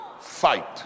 fight